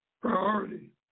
priority